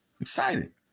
Excited